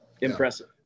Impressive